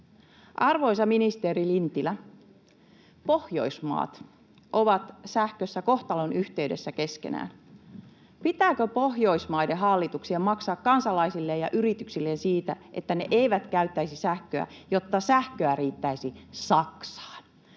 Arvoisa ministeri Lintilä, Pohjoismaat ovat sähkössä kohtalonyhteydessä keskenään. Pitääkö Pohjoismaiden hallituksien maksaa kansalaisilleen ja yrityksilleen siitä, että ne eivät käyttäisi sähköä, jotta sähköä riittäisi Saksaan?